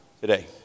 today